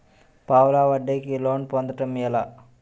పావలా వడ్డీ కి లోన్ పొందటం ఎలా?